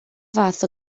fath